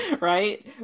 right